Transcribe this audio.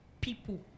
people